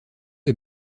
est